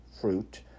fruit